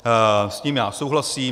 S tím já souhlasím.